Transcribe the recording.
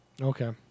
okay